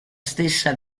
stessa